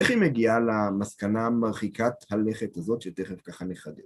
איך היא מגיעה למסקנה מרחיקת הלכת הזאת, שתכף ככה נחדד?